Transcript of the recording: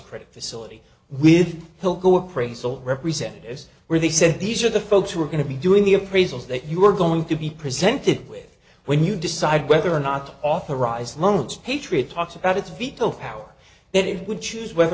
credit facility we will go appraisal representatives where they said these are the folks who are going to be doing the appraisals that you are going to be presented with when you decide whether or not authorized loans patriot talks about its veto power that it would choose whether